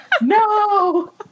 No